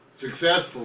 successful